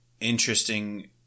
interesting